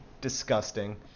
Disgusting